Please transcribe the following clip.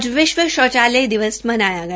आज विश्व शौचालय दिवस मनाया गया